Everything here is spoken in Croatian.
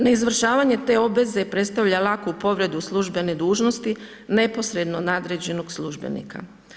Ne izvršavanje te obveze, predstavlja laku povrede službene dužnosti neposredno nadređenog službenika.